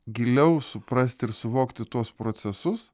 giliau suprast ir suvokti tuos procesus